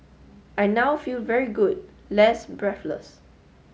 I now feel very good less breathless